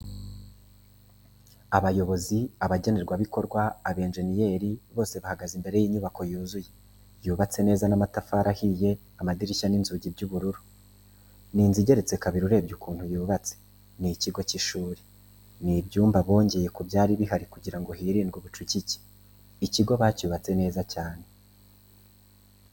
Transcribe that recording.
Abayobozi, abagenerwabikorwa, abayenjeniyeri, bose bahagaze imbere y'inyubako yuzuye, yubatse neza n'amatafari ahiye. Amadirishya n'inzugi by'ubururu. Ni inzu igeretse kabiri urebye ukuntu yubatse, ni ikigo cy'ishuri. Ni ibyumba bongeye ku byari bihari ngo hirindwe ubucucike, ikigo bacyubatse neza yane.